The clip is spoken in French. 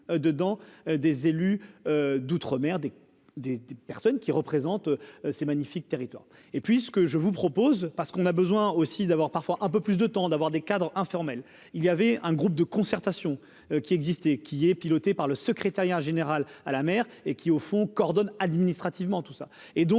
dedans des élus d'outre-mer des, des, des personnes qui représente, c'est magnifique, territoire et puis ce que je vous propose parce qu'on a besoin aussi d'avoir parfois un peu plus de temps, d'avoir des cadres informelle, il y avait un groupe de concertation qui existe et qui est pilotée par le secrétariat général à la mer et qui, au fond, coordonne administrativement tout ça